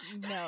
No